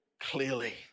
clearly